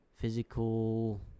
physical